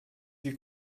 sie